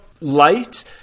light